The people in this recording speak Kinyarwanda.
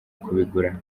kubigura